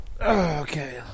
okay